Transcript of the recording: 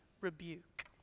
rebuke